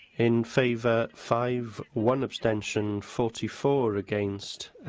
in favour five, one abstention, forty four against.